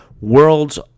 world's